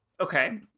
Okay